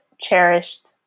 cherished